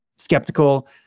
skeptical